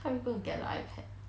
how you going to get the ipad